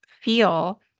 feel